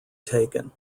taken